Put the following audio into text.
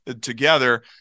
together